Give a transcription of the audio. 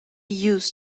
used